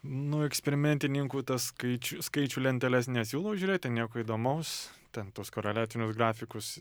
nu eksperimentininkų tas skaič skaičių lenteles nesiūlau žiūrėti nieko įdomaus ten tuos koreliacinius grafikus